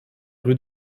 rues